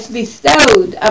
bestowed